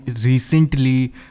recently